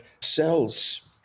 cells